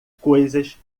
coisas